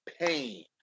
pain